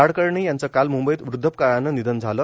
नाडकर्णी यांचं काल मुंबईत वृद्वापकाळानं निधन झालं